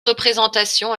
représentation